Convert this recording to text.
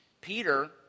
Peter